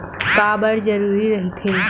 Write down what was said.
का बार जरूरी रहि थे?